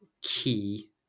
key